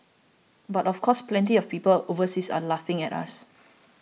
but of course plenty of people overseas are laughing at us